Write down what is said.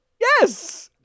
Yes